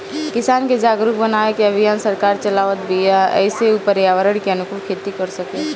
किसान के जागरुक बनावे के अभियान सरकार चलावत बिया जेसे उ पर्यावरण के अनुकूल खेती कर सकें